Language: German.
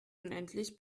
unendlich